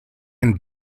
and